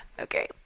Okay